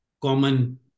common